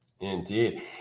Indeed